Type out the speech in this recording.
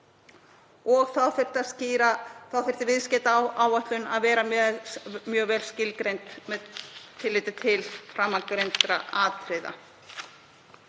og þá þyrfti viðskiptaáætlun að vera mjög vel skilgreind með tilliti til framangreindra atriða.